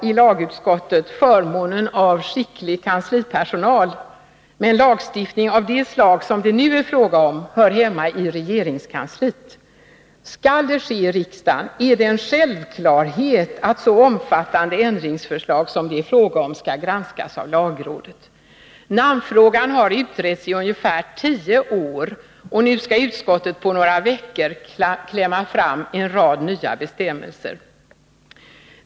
I lagutskottet har vi förmånen av skicklig kanslipersonal, men en lagstiftning av det slag som det nu är fråga om hör hemmaii regeringskansliet. Skall sådant ske i riksdagen, är det en självklarhet att så omfattande ändringsförslag som det är fråga om skall granskas av lagrådet. Namnfrågan har utretts i ungefär tio år, och nu skall utskottet på några veckor klämma fram en rad nya bestämmelser.